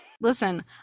listen